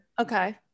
Okay